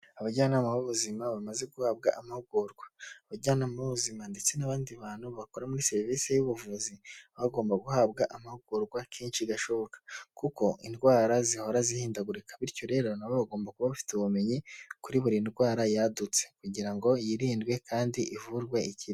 Abajyanama b'ubuzima bamaze guhabwa amahugurwa. Abajyanama b'ubuzima ndetse n'abandi bantu bakora muri serivisi y'ubuvuzi, baba bagomba guhabwa amahugurwa kenshi gashoboka kuko indwara zihora zihindagurika bityo rero nabo bagomba kuba bafite ubumenyi kuri buri ndwara yadutse kugira ngo yirindwe kandi ivurwe ikire.